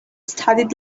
studied